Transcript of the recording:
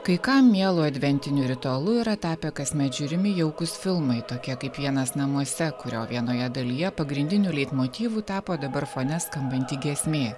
kai kam mielu adventiniu ritualu yra tapę kasmet žiūrimi jaukūs filmai tokie kaip vienas namuose kurio vienoje dalyje pagrindiniu leitmotyvu tapo dabar fone skambanti giesmė